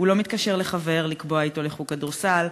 הוא לא מתקשר לחבר לקבוע אתו לחוג כדורסל,